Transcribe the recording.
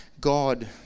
God